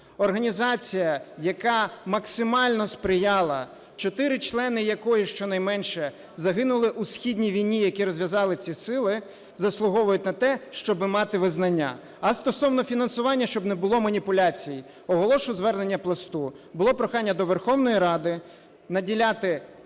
Організація, яка максимально сприяла, 4 члени якої щонайменше загинули у східній війні, яку розв'язали ці сили, заслуговують на те, щоб мати визнання. А стосовно фінансування, щоб не було маніпуляцій, оголошу звернення Пласту. Було прохання до Верховної Ради наділяти